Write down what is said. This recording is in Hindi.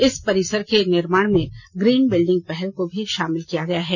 इस परिसर के निर्माण में ग्रीन बिल्डिंग पहल को भी शामिल किया गया है